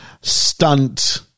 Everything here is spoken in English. stunt